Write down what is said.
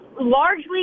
largely